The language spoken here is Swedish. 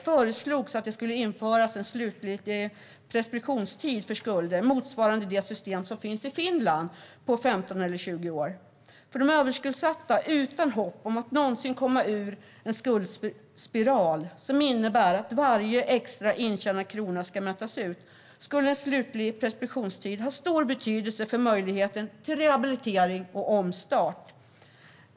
föreslogs att det skulle införas en slutlig preskriptionstid för skulder, motsvarande det system som finns i Finland, på 15 eller 20 år. För de överskuldsatta utan hopp om att någonsin komma ur en skuldspiral, som innebär att varje extra intjänad krona ska mätas ut, skulle en slutlig preskriptionstid ha stor betydelse för möjligheten till rehabilitering och omstart.